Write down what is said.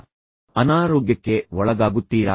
ನೀವು ಆಗಾಗ್ಗೆ ಅನಾರೋಗ್ಯಕ್ಕೆ ಒಳಗಾಗುತ್ತೀರಾ